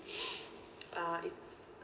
uh it's